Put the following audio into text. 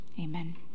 Amen